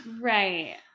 right